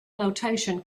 notation